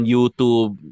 YouTube